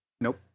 nope